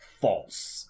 false